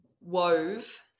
wove